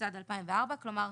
התשס"ד 2004, כלומר,